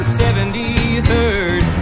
73rd